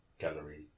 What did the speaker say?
gallery